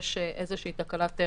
במשל"ט.